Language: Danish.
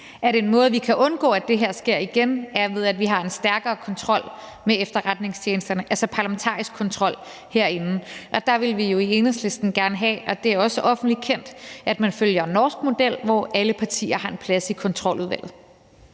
en måde, hvorpå vi kan undgå, at det her sker igen, er, at vi har en stærkere kontrol med efterretningstjenesterne, altså parlamentarisk kontrol, herinde. Og der vil vi jo i Enhedslisten gerne have – det er også offentligt kendt – at man følger en norsk model, hvor alle partier har en plads i Kontroludvalget.